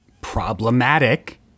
Problematic